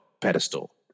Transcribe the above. pedestal